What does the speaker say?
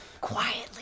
quietly